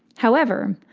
however,